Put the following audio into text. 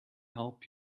help